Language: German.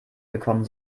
gekommen